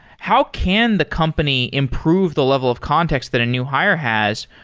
how can the company improve the level of context that a new hire has,